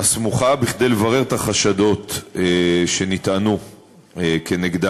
הסמוכה כדי לברר את החשדות שנטענו כנגדם.